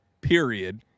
period